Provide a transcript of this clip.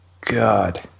god